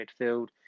midfield